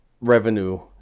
revenue